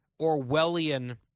Orwellian